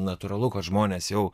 natūralu kad žmonės jau